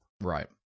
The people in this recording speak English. Right